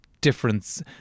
difference